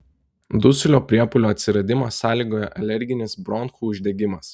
dusulio priepuolio atsiradimą sąlygoja alerginis bronchų uždegimas